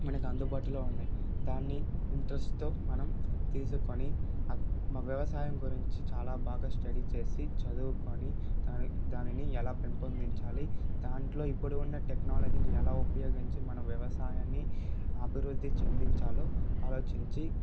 మనకు అందుబాటులో ఉన్నాయి దాన్ని ఇంట్రెస్ట్తో మనం తీసుకొని మ వ్యవసాయం గురించి చాలా బాగా స్టడీ చేసి చదువుకొని దా దానిని ఎలా పెంపొందించాలి దాంట్లో ఇప్పుడు ఉన్న టెక్నాలజీని ఎలా ఉపయోగించి మనం వ్యవసాయాన్ని అభివృద్ధి చెందించాలో అలోచించి